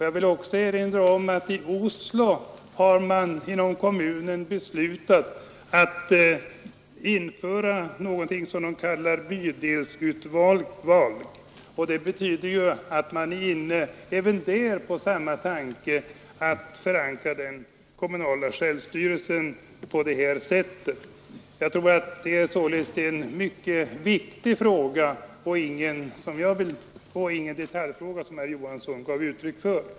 Jag vill också erinra om att man i Oslo inom kommunen beslutat införa någonting som man kallar ”bydelsutvalg”, vilket betyder att man även där är inne på samma tanke att förankra den kommunala självstyrelsen på detta sätt. Jag tror sålunda att denna fråga är mycket viktig och alls ingen detaljfråga som herr Johansson gav uttryck för.